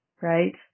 right